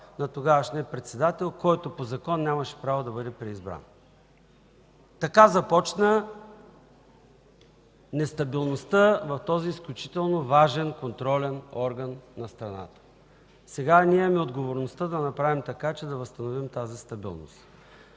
на тогавашния председател, който по Закон нямаше право да бъде преизбран. Така започна нестабилността в този изключително важен контролен орган на страната. Сега ние имаме отговорността да направим така, че да възстановим тази стабилност.